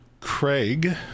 Craig